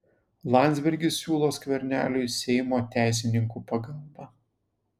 landsbergis siūlo skverneliui seimo teisininkų pagalbą